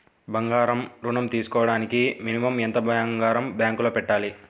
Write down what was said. బంగారం ఋణం తీసుకోవడానికి మినిమం ఎంత బంగారం బ్యాంకులో పెట్టాలి?